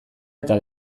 eta